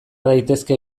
daitezke